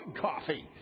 coffee